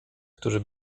którzy